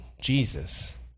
Jesus